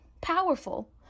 powerful